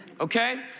Okay